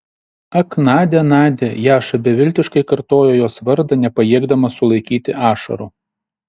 ak nadia nadia jaša beviltiškai kartojo jos vardą nepajėgdamas sulaikyti ašarų